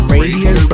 Radio